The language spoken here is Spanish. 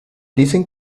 dicen